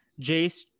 Jace